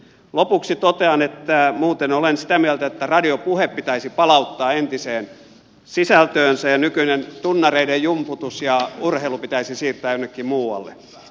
lopuksi totean että muuten olen sitä mieltä että radio puhe pitäisi palauttaa entiseen sisältöönsä ja nykyinen tunnareiden jumputus ja urheilu pitäisi siirtää jonnekin muualle